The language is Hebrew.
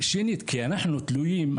אנחנו תלויים,